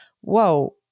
whoa